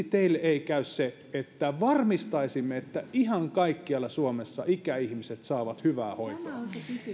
teille ei käy se että varmistaisimme että ihan kaikkialla suomessa ikäihmiset saavat hyvää hoitoa